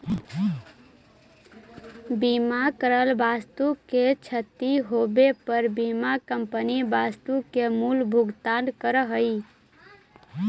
बीमा करल वस्तु के क्षती होवे पर बीमा कंपनी वस्तु के मूल्य भुगतान करऽ हई